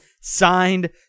Signed